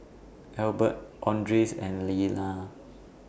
Albert Andres and Lyla